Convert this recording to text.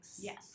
Yes